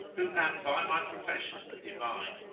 who am by my profession a divine,